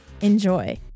Enjoy